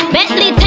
Bentley